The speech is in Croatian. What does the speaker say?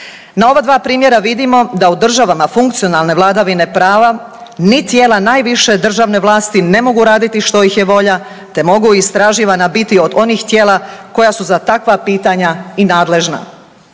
Na ova dva primjera vidimo da u državama funkcionalne vladavine prava ni tijela najviše državne vlasti ne mogu raditi što ih je volja, te mogu istraživana biti od onih tijela koja su za takva pitanja i nadležna.